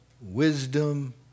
wisdom